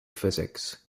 physics